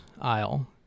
Aisle